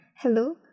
hello